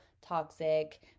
toxic